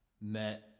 met